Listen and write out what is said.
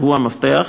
שהוא המפתח,